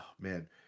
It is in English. man